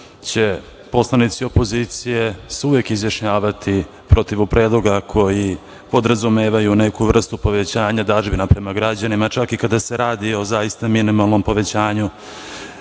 će poslanici opozicije se uvek izjašnjavati protiv predloga koji podrazumevaju neku vrstu povećanja dažbina prema građanima, čak i kada se radi o zaista minimalnom povećanju